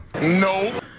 No